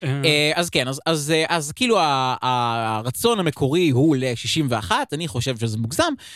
אז כן אז אז אז כאילו הרצון המקורי הוא ל-61 אני חושב שזה מוגזם.